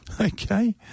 okay